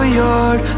yard